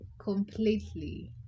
completely